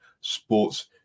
sports